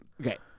okay